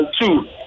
two